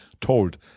told